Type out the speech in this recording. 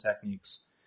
techniques